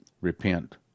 repent